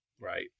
right